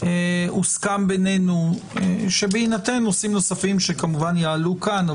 והוסכם בינינו שבהינתן נושאים נוספים שכמובן יעלו כאן,